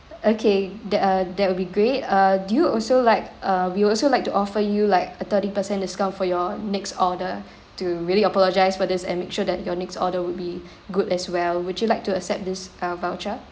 okay the uh that will be great uh do you also like uh we also like to offer you like thirty percent discount for your next order to really apologise for this and make sure that your next order would be good as well would you like to accept this uh voucher